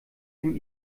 dem